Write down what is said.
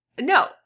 No